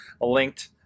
linked